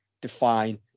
define